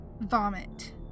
vomit